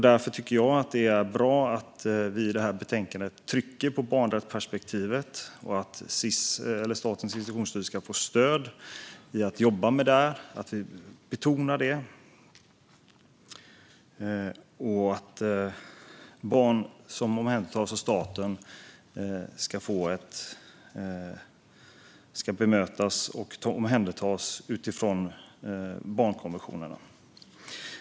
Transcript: Därför är det bra att vi i betänkandet trycker på barnrättsperspektivet och att Statens institutionsstyrelse ska få stöd. Barn som omhändertas av staten ska bemötas och omhändertas utifrån barnkonventionen.